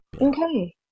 Okay